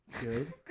good